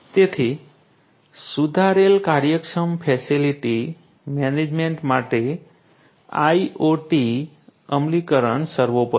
તેથી સુધારેલ કાર્યક્ષમ ફેસિલિટી મેનેજમેન્ટ માટે IoT અમલીકરણ સર્વોપરી છે